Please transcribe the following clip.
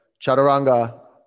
Chaturanga